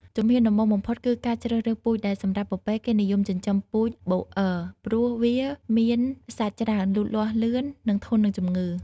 ជំហានដំបូងបំផុតគឺការជ្រើសរើសពូជ ដែលសម្រាប់ពពែគេនិយមចិញ្ចឹមពូជបូអឺ ព្រោះវាមានសាច់ច្រើន លូតលាស់លឿន និងធន់នឹងជំងឺ។